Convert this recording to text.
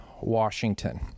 Washington